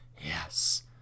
Yes